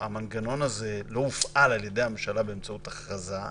המנגנון הזה לא הופעל על ידי הממשלה באמצעות הכרזה,